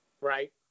right